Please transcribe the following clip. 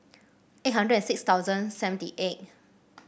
eight hundred and six thousand seventy eight